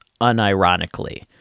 unironically